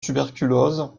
tuberculose